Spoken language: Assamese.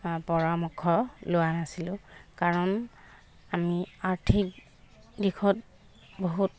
পৰামৰ্শ লোৱা নাছিলো কাৰণ আমি আৰ্থিক দিশত বহুত